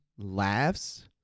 laughs